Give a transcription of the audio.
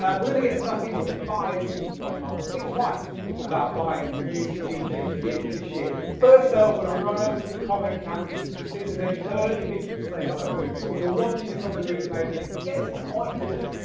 ah we're gonna get stuck into the five reasons why you might wanna think twice about buying new dj gear this year. first, so i'm gonna run over to the comment camera, just to see if there's any early people to say hello to, if you're watching this on the replay and thinking get to the point dude,